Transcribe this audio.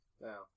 Now